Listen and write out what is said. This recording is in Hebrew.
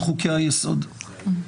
כי זה מה שכתוב שם, לבין